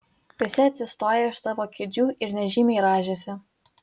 visi atsistojo iš savo kėdžių ir nežymiai rąžėsi